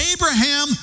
Abraham